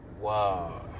Wow